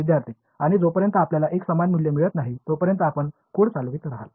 विद्यार्थीः आणि जोपर्यंत आपल्याला एक समान मूल्य मिळत नाही तोपर्यंत आपण कोड चालवित राहाल